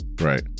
right